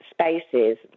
spaces